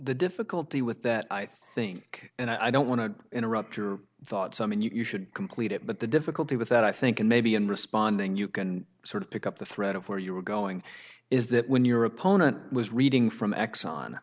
the difficulty with that i think and i don't want to interrupt your thoughts i mean you should complete it but the difficulty with that i think in maybe in responding you can sort of pick up the thread of where you were going is that when your opponent was reading from exxon